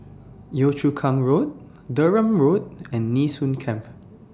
Yio Chu Kang Road Durham Road and Nee Soon Camp